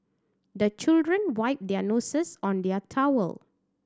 the children wipe their noses on their towel